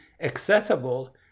accessible